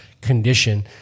condition